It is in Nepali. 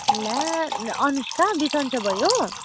ला अनुष्का बिसन्चो भयो